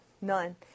none